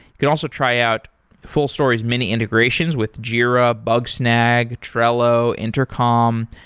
can also try out fullstory's mini-integrations with jira, bugsnag, trello, intercom.